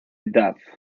duff